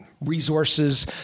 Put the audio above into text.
resources